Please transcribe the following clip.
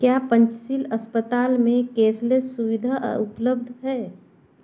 क्या पंचशील अस्पताल में कैशलेस सुविधा उपलब्ध है